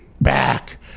back